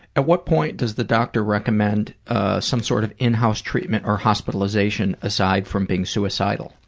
at what point does the doctor recommend some sort of in-house treatment or hospitalization aside from being suicidal